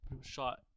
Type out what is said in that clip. shot